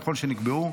ככל שנקבע,